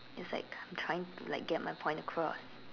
it's like I am trying to like get my point across